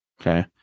Okay